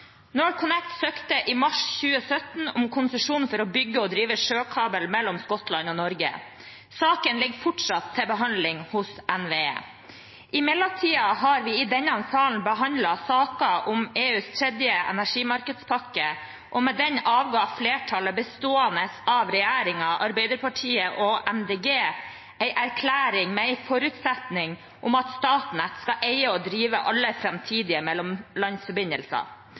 NorthConnect søkte i mars 2017 om konsesjon for å bygge og drive en sjøkabel mellom Skottland og Norge. Saken ligger fortsatt til behandling hos NVE. I mellomtiden har vi i denne salen behandlet saker om EUs tredje energimarkedspakke, og med det avga flertallet bestående av regjeringen, Arbeiderpartiet og Miljøpartiet De Grønne en erklæring med en forutsetning om at Statnett skal eie og drive alle framtidige mellomlandsforbindelser.